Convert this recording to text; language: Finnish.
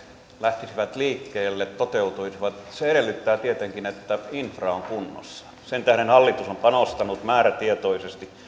lähtisivät liikkeelle toteutuisivat niin se edellyttää tietenkin että infra on kunnossa sen tähden hallitus on panostanut määrätietoisesti